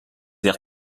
airs